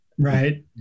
Right